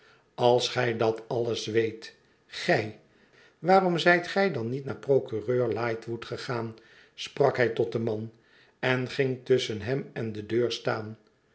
als gij dat alles weet gij waarom zijt gij dan niet naar procureur lightwood gegaan sprak hij tot den man en ging tusschen hem en de deur staan